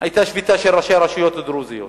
היתה שביתה של ראשי הרשויות הדרוזיות